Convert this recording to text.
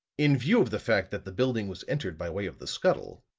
in view of the fact that the building was entered by way of the scuttle,